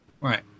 right